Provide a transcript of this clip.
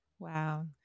Wow